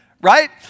Right